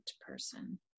person